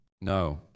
No